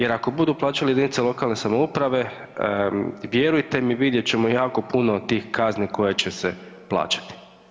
Jer ako budu plaćale jedinice lokalne samouprave vjerujte mi vidjet ćemo jako puno tih kazni koje će se plaćati.